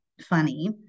funny